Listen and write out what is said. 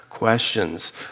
Questions